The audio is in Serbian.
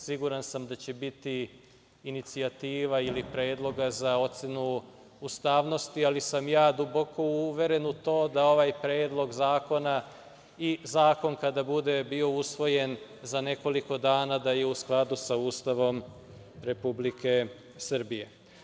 Siguran sam da će biti inicijativa ili predloga za ocenu ustavnosti, ali sam ja duboko uveren u to da ovaj predlog zakona i zakon kada bude bio usvojen za nekoliko dana da je u skladu sa Ustavom Republike Srbije.